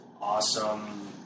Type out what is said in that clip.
awesome